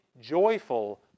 joyful